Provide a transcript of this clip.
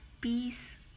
peace